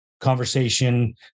conversation